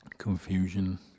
confusion